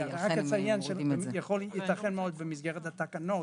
יתכן מאוד ומסגרת התקנות,